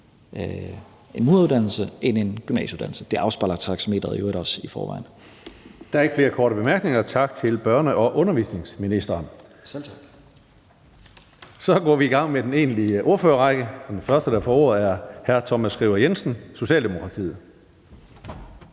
en mureruddannelse end en gymnasieuddannelse. Det afspejler taxameteret i øvrigt også i forvejen. Kl. 19:41 Tredje næstformand (Karsten Hønge): Der er ikke flere korte bemærkninger. Tak til børne- og undervisningsministeren. Så går vi i gang med den egentlige ordførerrække. Den første, der får ordet, er hr. Thomas Skriver Jensen, Socialdemokratiet.